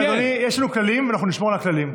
יש לנו כללים, ואנחנו נשמור על הכללים.